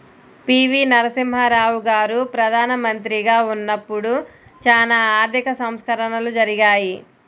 పి.వి.నరసింహారావు గారు ప్రదానమంత్రిగా ఉన్నపుడు చానా ఆర్థిక సంస్కరణలు జరిగాయి